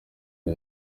the